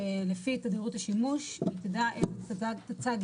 שלפי תדירות השימוש היא תדע את טצ"גים